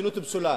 מדיניות פסולה,